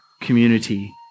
community